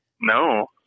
No